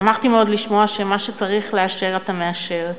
שמחתי מאוד לשמוע שמה שצריך לאשר אתה מאשר.